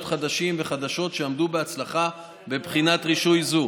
חדשים וחדשות שעמדו בהצלחה בבחינת רישוי זו.